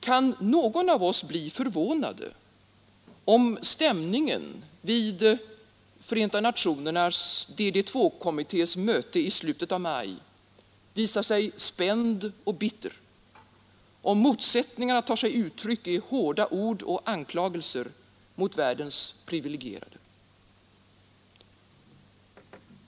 Kan någon av oss bli förvånad, om stämningen vid Förenta nationernas DD2-kommittés möte i slutet av maj visar sig spänd och bitter, om motsättningarna tar sig uttryck i hårda ord och anklagelser mot världens privilegierade?